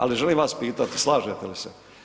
Ali želim vas pitati, slažete li se?